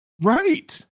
Right